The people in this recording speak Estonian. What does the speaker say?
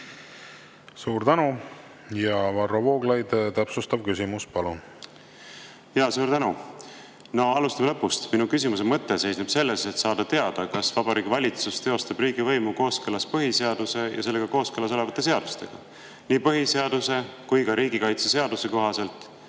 Suur tänu! Varro Vooglaid, täpsustav küsimus, palun! Suur tänu! Alustame lõpust. Minu küsimuse mõte seisneb selles, et saada teada, kas Vabariigi Valitsus teostab riigivõimu kooskõlas põhiseaduse ja sellega kooskõlas olevate seadustega. Nii põhiseaduse kui ka riigikaitseseaduse kohaselt